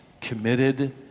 committed